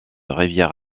rivière